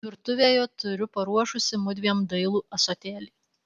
virtuvėje turiu paruošusi mudviem dailų ąsotėlį